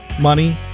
money